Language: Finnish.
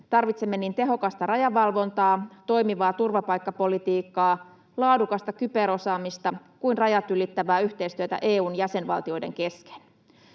Tarvitsemme niin tehokasta rajavalvontaa, toimivaa turvapaikkapolitiikkaa, laadukasta kyberosaamista kuin rajat ylittävää yhteistyötä EU:n jäsenvaltioiden kesken.